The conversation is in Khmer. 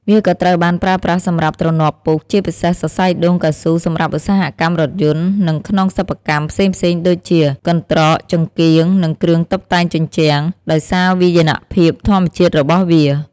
វាក៏ត្រូវបានប្រើប្រាស់សម្រាប់ទ្រនាប់ពូក ជាពិសេសសរសៃដូងកៅស៊ូសម្រាប់ឧស្សាហកម្មរថយន្ត និងក្នុង សិប្បកម្ម ផ្សេងៗដូចជា កន្ត្រក ចង្កៀង និងគ្រឿងតុបតែងជញ្ជាំង ដោយសារវាយនភាពធម្មជាតិរបស់វា។